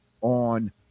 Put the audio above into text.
on